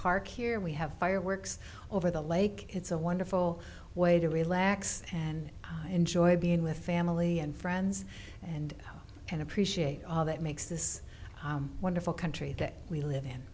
park here we have fireworks over the like it's a wonderful way to relax and enjoy being with family and friends and can appreciate that makes this wonderful country that we live in